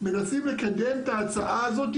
מנסים לקדם את ההצעה הזאת.